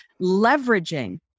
leveraging